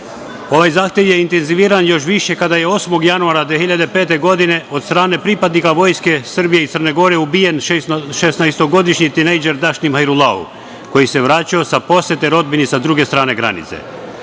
zahtev je intenziviran još više kada je 8. januara 2005. godine, od strane pripadnika Vojske Srbije i Crne Gore, ubijen šesnaestogodišnji tinejdžer Dašnim Hajrulahu koji se vraćao iz posete rodbini sa druge strane granice.